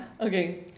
Okay